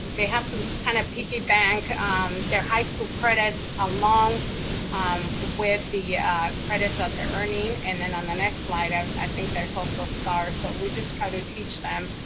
they have to kind of piggy bank um their high school credits along um with the credits of their earning, and then on the next slide, i think there's also staar, so we just try to teach them,